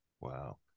Wow